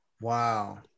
wow